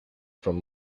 from